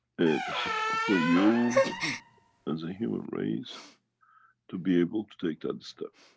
it's for you and the human race to be able to take that step.